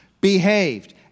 behaved